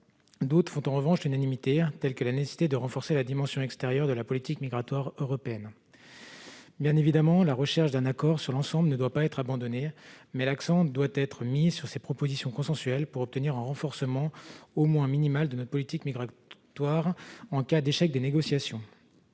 D'autres font en revanche l'unanimité, telles que la nécessité de renforcer la dimension extérieure de la politique migratoire européenne. Bien évidemment, la recherche d'un accord sur l'ensemble ne doit pas être abandonnée, mais l'accent doit être mis sur ces propositions consensuelles pour obtenir,, un renforcement de notre politique migratoire en cas d'échec des négociations.